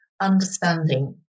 understanding